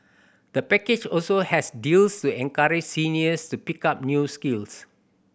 the package also has deals to encourage seniors to pick up new skills